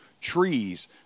trees